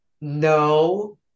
No